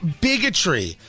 bigotry